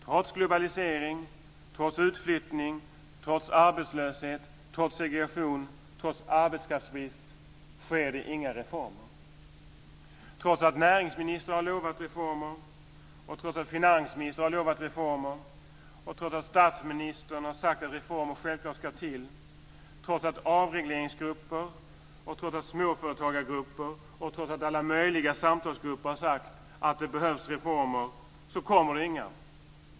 Trots globalisering, trots utflyttning, trots arbetslöshet, trots segregation och trots arbetskraftsbrist sker inga reformer. Trots att näringsministrar har lovat reformer, trots att finansministrar har lovat reformer och trots att statsministern har sagt att reformer självklart ska till, trots avregleringsgrupper, trots att småföretagargruppen och trots att alla möjliga samtalsgrupper har sagt att det behövs reformer så kommer det inga.